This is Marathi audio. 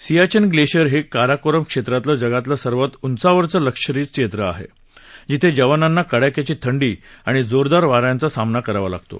सियाच्छ लष्किअर हक्किराकोरम क्षद्वतिलं जगातलं सर्वात उंचावरचं लष्करी क्षद्व आहा जिथज्ञिवानांना कडाक्याची थंडी आणि जोरदार वा यांचा सामना करावा लागतो